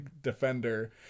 defender